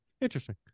Interesting